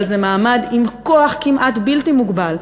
אבל זה מעמד עם כוח כמעט בלתי מוגבל,